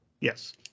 Yes